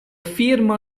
firma